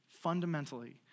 fundamentally